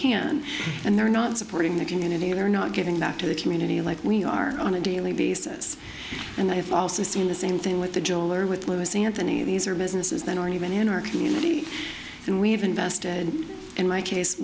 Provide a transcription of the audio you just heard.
can and they're not supporting the community they're not giving back to the community like we are on a daily basis and i have also seen the same thing with the jeweler with louis anthony these are businesses that are even in our community and we have invested in my case